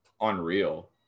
unreal